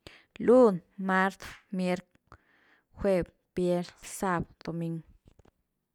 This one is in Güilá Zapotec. Lun, mart, mierc, juev, vier, sab, doming’w.